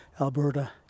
Alberta